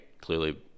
clearly